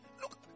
look